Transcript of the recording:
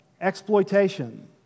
exploitation